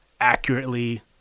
accurately